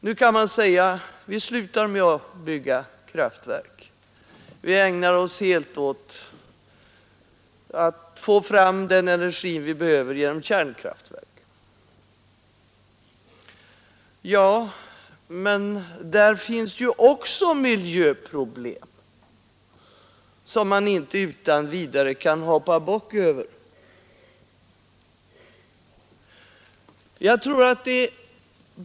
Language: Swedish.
Nu kan man säga: Vi slutar att bygga kraftverk. Vi ägnar oss helt åt att få fram den energi vi behöver genom kärnkraft. Ja, men i samband därmed finns det också miljöproblem, som man inte utan vidare kan hoppa bock över.